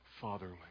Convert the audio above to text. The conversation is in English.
fatherly